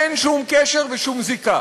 אין שום קשר ושום זיקה.